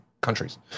countries